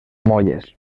molles